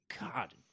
God